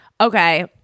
Okay